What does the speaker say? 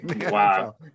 Wow